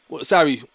sorry